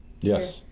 Yes